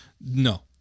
no